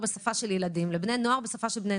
בשפה של ילדים ולבני נוער בשפה של בני נוער.